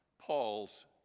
Paul's